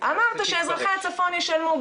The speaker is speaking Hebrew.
אמרת שאזרחי הצפון ישלמו,